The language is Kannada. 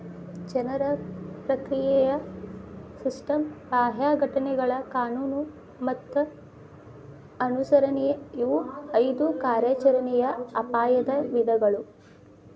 ಜನರ ಪ್ರಕ್ರಿಯೆಯ ಸಿಸ್ಟಮ್ ಬಾಹ್ಯ ಘಟನೆಗಳ ಕಾನೂನು ಮತ್ತ ಅನುಸರಣೆ ಇವು ಐದು ಕಾರ್ಯಾಚರಣೆಯ ಅಪಾಯದ ವಿಧಗಳು